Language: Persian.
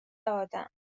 آدم